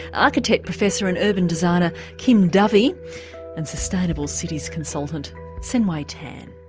architect professor and urban designer kim dovey and sustainable cities consultant sein-way tan.